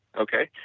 okay?